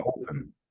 open